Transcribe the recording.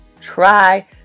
try